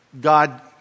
God